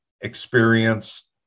experience